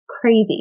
crazy